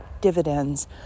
dividends